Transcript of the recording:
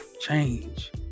change